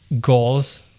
goals